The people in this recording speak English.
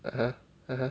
(uh huh) (uh huh)